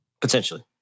potentially